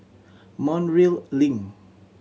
Link